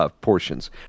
portions